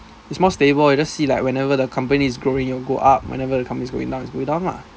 it's more stable you just see like whenever the company's growing it will go up whenever the company's going down it's going down lah